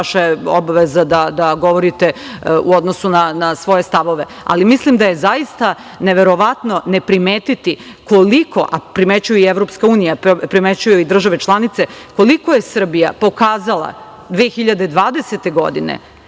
Vaša je obaveza da govorite u odnosu na svoje stavove, ali mislim da je zaista neverovatno ne primetiti, a primećuje EU i primećuju i države članice, koliko je Srbija pokazala 2020. godine